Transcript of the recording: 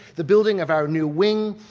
the building of our new wing,